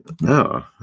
No